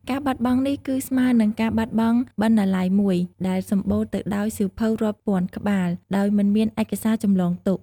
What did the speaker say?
ការបាត់បង់នេះ គឺស្មើនឹងការបាត់បង់បណ្ណាល័យមួយ ដែលសម្បូរទៅដោយសៀវភៅរាប់ពាន់ក្បាល ដោយមិនមានឯកសារចម្លងទុក។